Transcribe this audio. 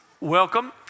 Welcome